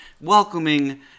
welcoming